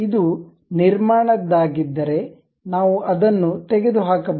ಇದು ನಿರ್ಮಾಣದ್ದಾಗಿದ್ದರೆ ನಾವು ಅದನ್ನು ತೆಗೆದುಹಾಕಬಹುದು